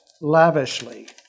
lavishly